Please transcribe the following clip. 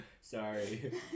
Sorry